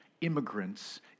immigrants